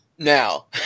Now